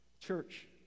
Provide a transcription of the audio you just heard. Church